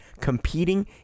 competing